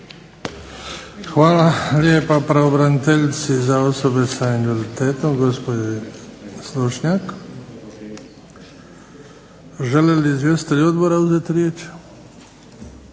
Hvala lijepa pravobraniteljici za osobe sa invaliditetom gospođi Slonjšak. Žele li izvjestitelji odbora uzeti